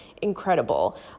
incredible